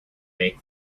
make